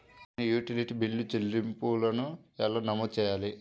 నేను utility bill చెల్లింపులను ఎలా నమోదు చేయాలి?